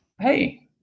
hey